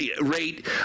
rate